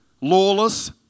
lawless